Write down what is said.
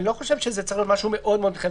אני חושב שזה לא צריך להיות משהו מאוד מאוד מעמיק.